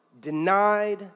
denied